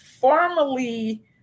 formally